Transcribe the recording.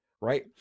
Right